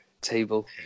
table